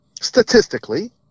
statistically